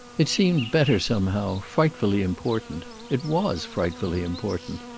it seemed, better somehow, frightfully important. it was frightfully important.